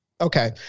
Okay